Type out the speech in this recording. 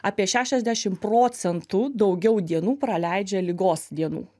apie šešiasdešim procentų daugiau dienų praleidžia ligos dienų